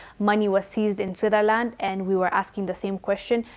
money was seized in sunderland and we were asking the same question,